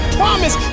promise